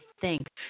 thanks